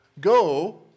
go